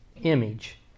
image